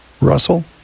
Russell